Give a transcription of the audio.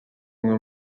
umwe